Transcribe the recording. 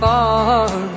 far